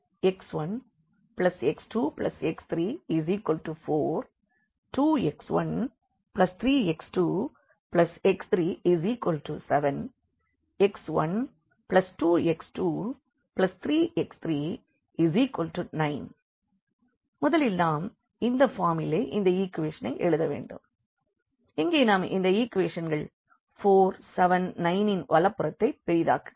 x1x2x34 2x13x2x37 x12x23x39 முதலில் நாம் இந்த பார்மிலே இந்த ஈக்குவேஷனை எழுத வேண்டும் எங்கே நாம் இந்த ஈக்குவேஷன்கள் 4 7 9 இன் வலதுபுறத்தை பெரிதாக்குகிறோம்